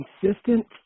consistent